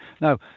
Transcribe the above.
Now